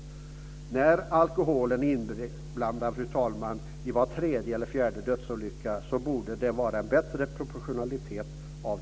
Fru talman! När alkoholen är inblandad i var tredje eller fjärde dödsolycka borde de tilldelade resurserna uppvisa en bättre proportionalitet.